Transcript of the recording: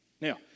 Now